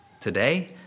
today